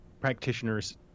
practitioners